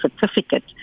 certificate